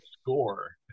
score